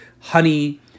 honey